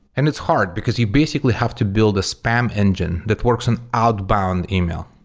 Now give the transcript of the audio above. and it's hard, because you basically have to build a spam engine that works on outbound email.